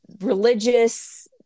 religious